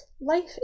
life